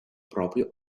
proprio